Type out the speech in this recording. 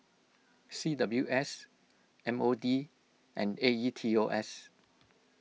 C W S M O D and A E T O S